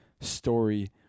story